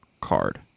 card